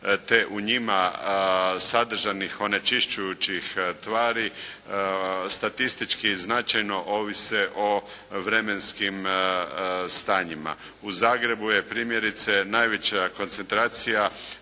te u njima sadržanih onečišćujućih tvari statistički značajno ovise o vremenskim stanjima. U Zagrebu je primjerice najveća koncentracija